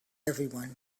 everybody